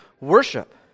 worship